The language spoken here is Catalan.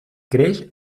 creix